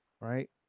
right